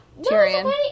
Tyrion